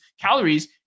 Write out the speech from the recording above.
calories